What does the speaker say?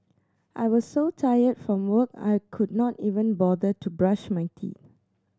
I was so tired from work I could not even bother to brush my teeth